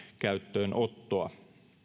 käyttöönottoa